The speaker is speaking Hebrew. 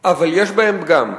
אבל יש בהם פגם: